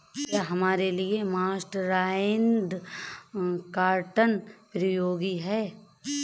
क्या हमारे लिए मर्सराइज्ड कॉटन उपयोगी है?